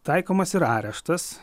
taikomas ir areštas